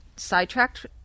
sidetracked